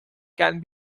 can